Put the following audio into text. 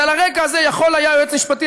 אז על הרקע הזה יכול היה יועץ משפטי